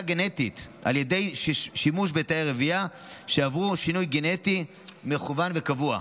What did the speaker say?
גנטית על ידי שימוש בתאי רבייה שעברו שינוי גנטי מכוון קבוע.